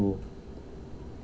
to